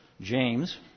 James